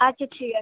আচ্ছা ঠিক আছে